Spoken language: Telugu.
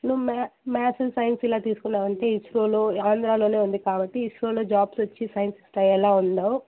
నువ్వు మ్యా మ్యాథ్స్ సైన్సు ఇలా తీసుకున్నావంటే ఇస్రోలో ఆంధ్రాలోనే ఉంది కాబట్టి ఇస్రోలో జాబ్స్ వచ్చి సైంటిస్ట్ అయ్యేలా ఉన్నావు